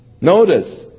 Notice